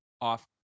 off